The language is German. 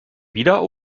wieder